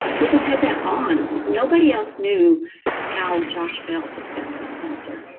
they just had that bond, nobody else knew how josh felt except for spencer.